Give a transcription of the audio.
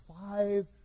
five